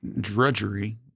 drudgery